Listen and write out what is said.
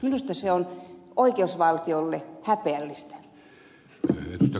minusta se on oikeusvaltiolle häpeällistä